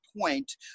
point